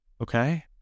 Okay